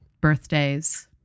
birthdays